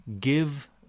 give